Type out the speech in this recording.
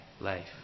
life